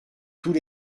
tous